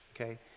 okay